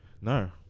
No